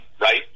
right